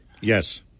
Yes